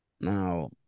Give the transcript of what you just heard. Now